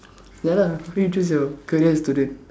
ya lah how coem you choose your career student